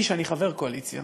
אני, שאני חבר קואליציה